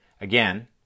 again